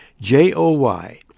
J-O-Y